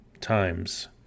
times